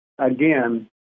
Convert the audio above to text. again